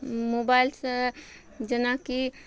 मोबाइलसँ जेनाकि